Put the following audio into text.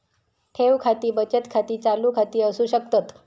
ठेव खाती बचत खाती, चालू खाती असू शकतत